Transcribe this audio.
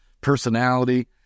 personality